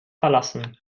verlassen